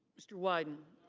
mr. wyden.